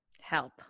help